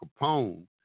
Capone